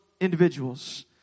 individuals